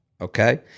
Okay